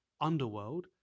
underworld